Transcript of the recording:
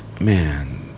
Man